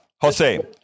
Jose